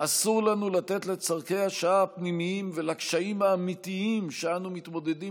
אסור לנו לתת לצורכי השעה הפנימיים ולקשיים האמיתיים שאנו מתמודדים